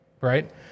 Right